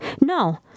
No